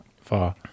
far